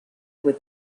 with